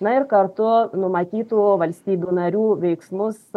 na ir kartu numatytų valstybių narių veiksmus